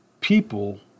people